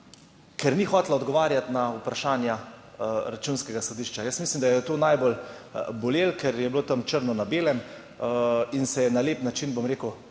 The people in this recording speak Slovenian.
ker ni hotela odgovarjati na vprašanja Računskega sodišča. Jaz mislim, da jo je to najbolj bolelo, ker je bilo tam črno na belem in se je na lep način, bom rekel,